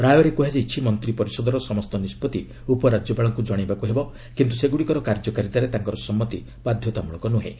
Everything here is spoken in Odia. ରାୟରେ କୁହାଯାଇଛି ମନ୍ତ୍ରିପରିଷଦର ସମସ୍ତ ନିଷ୍ପତ୍ତି ଉପରାଜ୍ୟପାଳଙ୍କୁ ଜଣାଇବାକୁ ହେବ କିନ୍ତୁ ସେଗୁଡ଼ିକର କାର୍ଯ୍ୟକାରିତାରେ ତାଙ୍କର ସମ୍ମତି ବାଧ୍ୟତାମୂଳକ ନୁହେଁ